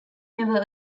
never